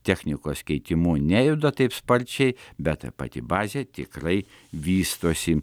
technikos keitimu nejuda taip sparčiai bet pati bazė tikrai vystosi